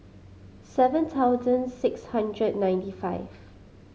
seven thousand six hundred ninety five